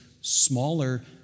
smaller